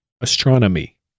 astronomy